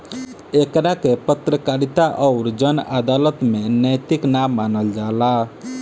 एकरा के पत्रकारिता अउर जन अदालत में नैतिक ना मानल जाला